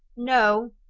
no!